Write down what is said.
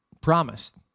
promised